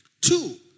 Two